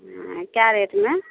हँ कए रेटमे